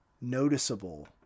noticeable